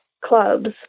clubs